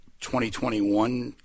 2021